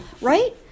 right